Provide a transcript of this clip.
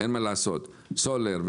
סולר,